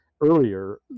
earlier